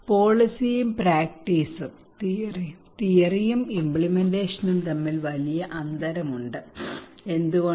പോളിസിയും പ്രാക്റ്റീസും തിയറിയും ഇമ്പ്ലിമെന്റാഷനും തമ്മിൽ വലിയ അന്തരമുണ്ട് എന്തുകൊണ്ട്